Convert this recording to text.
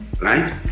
Right